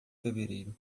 fevereiro